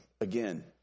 Again